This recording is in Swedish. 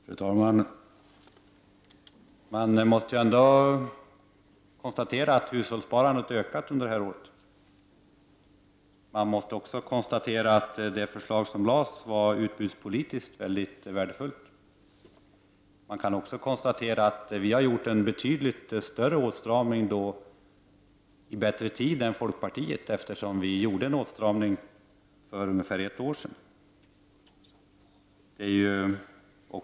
Fru talman! Man kan ändå konstatera att hushållssparandet har ökat under det gångna året och att det förslag som framlades var utbudspolitiskt mycket värdefullt. Man kan också konstatera att vi genomförde en betydligt större åtstramning, dessutom i bättre tid än folkpartiet, eftersom den kom för ungefär ett år sedan.